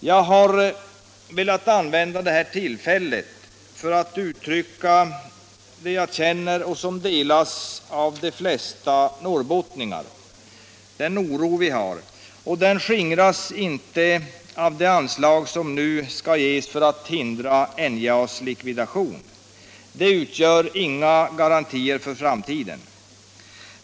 Jag har velat använda detta tillfälle för att uttrycka det jag känner — känslor som delas av de flesta norrbottningar. Den oro vi hyser skingras inte av det anslag som nu skall ges för att hindra NJA:s likvidation. Det utgör inga garantier för framtiden.